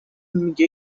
میگه